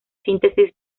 síntesis